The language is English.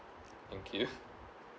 thank you